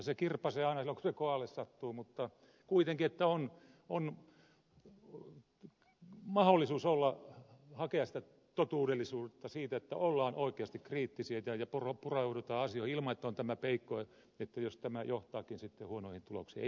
se kirpaisee aina silloin kun se kohdalle sattuu mutta kuitenkin on mahdollisuus hakea sitä totuudellisuutta siitä että ollaan oikeasti kriittisiä ja pureudutaan asioihin ilman että on tämä peikko että tämä voi johtaakin sitten huonoihin tuloksiin